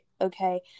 Okay